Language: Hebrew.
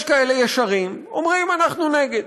יש כאלה ישרים, אומרים: אנחנו נגד.